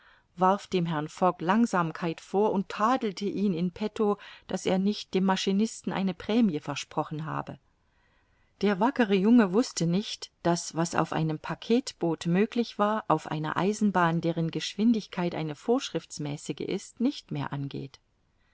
warf dem herrn fogg langsamkeit vor und tadelte ihn in petto daß er nicht dem maschinisten eine prämie versprochen habe der wackere junge wußte nicht daß was auf einem packetboot möglich war auf einer eisenbahn deren geschwindigkeit eine vorschriftsmäßige ist nicht mehr angeht